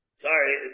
Sorry